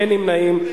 אין נמנעים.